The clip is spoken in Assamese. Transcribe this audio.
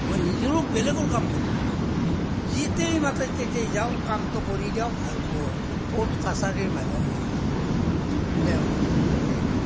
মই নিজেও বেলেগৰ কাম কৰি দিছোঁ যেতিয়াই মাতে তেতিয়াই যাওঁ কামটো কৰি দিওঁ ভালকৈ কৰ্ট কাছাৰীৰ মানুহ মই